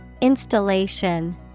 Installation